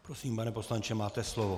Prosím, pane poslanče, máte slovo.